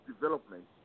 development